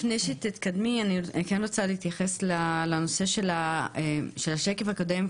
לפני שתתקדמי אני כן רוצה להתייחס לנושא של השקף הקודם,